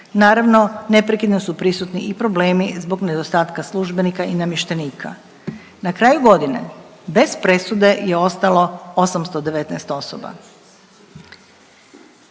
naravno neprekidno su prisutni i problemi zbog nedostatka službenika i namještenika. Na kraju godine bez presude je ostalo 819 osoba.